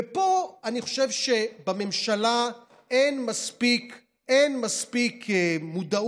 ופה אני חושב שבממשלה אין מספיק מודעות